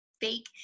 fake